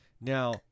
Now